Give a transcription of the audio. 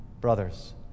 brothers